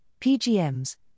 PGMs